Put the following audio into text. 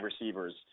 receivers